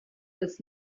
des